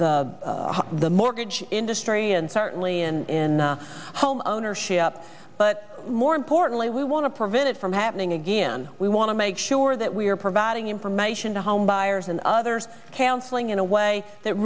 the the mortgage industry and certainly in home ownership but more importantly we want to prevent it from happening again we want to make sure that we are providing information to homebuyers and others counseling in a way that